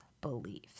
beliefs